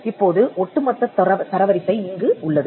இப்போது ஒட்டுமொத்தத் தரவரிசை இங்கு உள்ளது